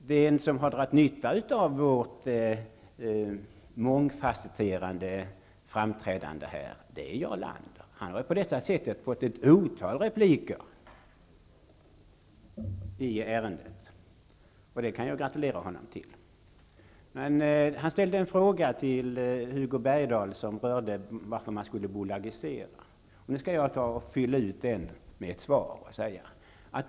Den som har dragit nytta av vårt mångfasetterade framträdande här är Jarl Lander. Han har på detta sätt fått ett otal repliker i ärendet. Det kan jag gratulera honom till. Jarl Lander ställde en fråga till Hugo Bergdahl som rörde bolagisering. Jag skall svara på den frågan.